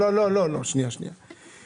שנייה, שנייה.